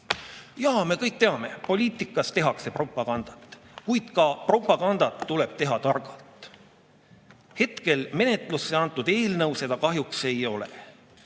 Jaa, me kõik teame, poliitikas tehakse propagandat, kuid ka propagandat tuleb teha targalt. Hetkel menetlusse antud eelnõu seda kahjuks ei